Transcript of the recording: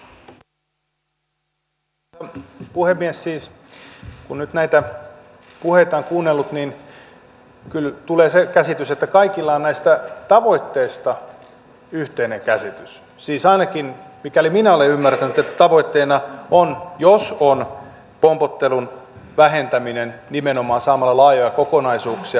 kun nyt näitä puheita on kuunnellut niin kyllä tulee se käsitys että kaikilla on näistä tavoitteista yhteinen käsitys siis ainakin mikäli minä olen ymmärtänyt että tavoitteena on jos on pompottelun vähentäminen nimenomaan saamalla laajoja kokonaisuuksia ja parantamalla hoitoketjuja